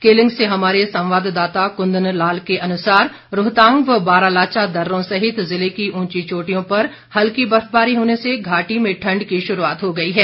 केलंग से हमारे संवाददाता कुंदन लाल के अनुसार रोहतांग व बारालाचा दर्रो सहित जिले की ऊंची चोटियों पर हल्की बर्फबारी होने से घाटी में ठंड की शुरूआत हो गई है